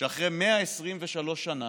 שאחרי 123 שנה